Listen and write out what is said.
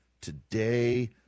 today